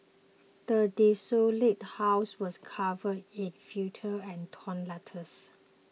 the desolated house was covered in filth and torn letters